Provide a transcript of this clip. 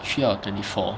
three out of twenty four